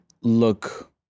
look